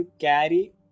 carry